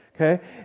Okay